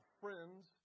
friends